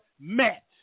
met